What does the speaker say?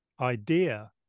idea